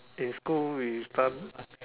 in school we stun